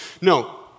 No